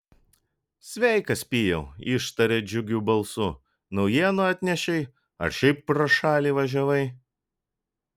sveikas pijau ištarė džiugiu balsu naujienų atnešei ar šiaip pro šalį važiavai